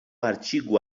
artigo